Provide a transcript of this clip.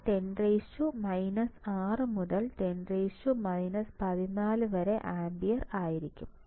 അത് 10 6 മുതൽ 10 14 വരെ ആമ്പിയർ ആയിരിക്കും